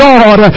God